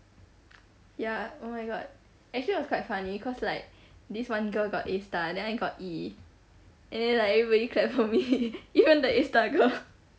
ya oh my god actually it was quite funny cause like this one girl got A star then I got E and then like everybody clapped for me even the A star girl